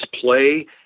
play